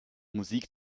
musik